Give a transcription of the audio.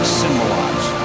symbolize